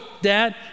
dad